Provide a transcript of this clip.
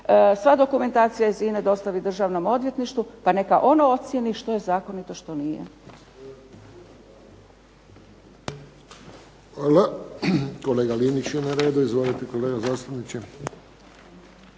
sva dokumentacija iz INA-e dostavi Državnom odvjetništvu pa neka ono ocijeni što je zakonito, što nije.